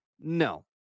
No